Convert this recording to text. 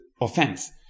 offense